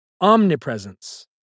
omnipresence